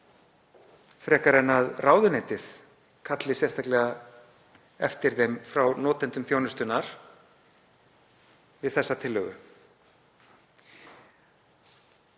frekar en að ráðuneytið kalli sérstaklega eftir þeim frá notendum þjónustunnar við þessa tillögu.